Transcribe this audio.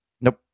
Nope